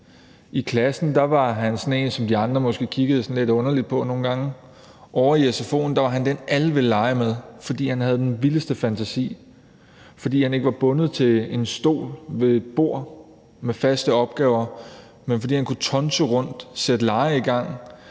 I klassen var han sådan en, som de andre måske kiggede lidt underligt på nogle gange, men ovre i sfo'en var han den, alle ville lege med, fordi han havde den vildeste fantasi, fordi han ikke var bundet til en stol ved et bord med faste opgaver, men kunne tonse rundt og sætte lege i gang.